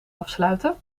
afsluiten